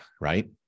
right